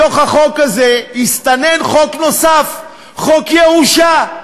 בתוך החוק הזה הסתנן חוק נוסף: חוק ירושה,